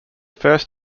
first